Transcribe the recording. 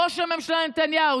ראש הממשלה נתניהו,